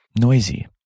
noisy